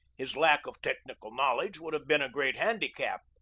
his lack of technical knowledge would have been a great handicap,